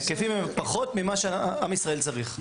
ההיקפים הם פחות ממה שעם ישראל צריך.